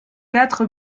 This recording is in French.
quatre